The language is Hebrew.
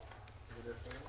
נעולה.